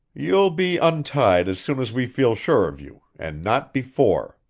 you'll be untied as soon as we feel sure of you, and not before,